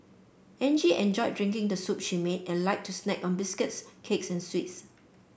Angie enjoyed drinking the soup she made and liked to snack on biscuits cakes and sweets